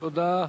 תודה.